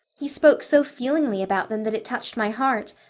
he spoke so feelingly about them that it touched my heart.